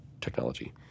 technology